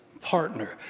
partner